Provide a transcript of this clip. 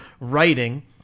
writing